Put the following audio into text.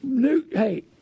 Hey